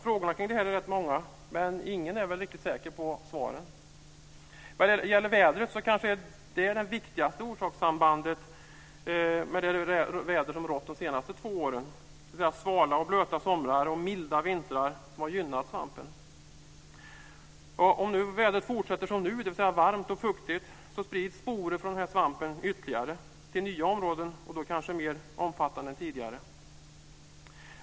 Frågorna kring detta är rätt många, men ingen är väl riktigt säker på svaren. Vädret är kanske det viktigaste orsakssambandet, med det väder som har rått under de senaste två åren, dvs. svala och blöta somrar och milda vintrar. Detta har gynnat svampen. Om vädret fortsätter att vara som nu, dvs. varmt och fuktigt, sprids sporer från den här svampen ytterligare till nya områden - och då kanske mer omfattande än tidigare.